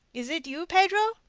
is it you, pedro?